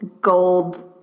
gold